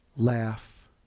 laugh